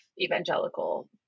evangelical